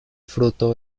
fruto